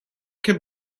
can